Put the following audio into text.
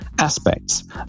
aspects